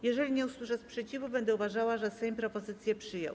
Jeżeli nie usłyszę sprzeciwu, będę uważała, że Sejm propozycję przyjął.